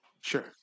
Sure